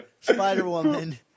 Spider-Woman